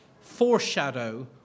foreshadow